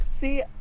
See